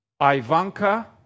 Ivanka